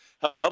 help